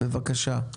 בבקשה.